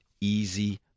easy